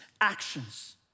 actions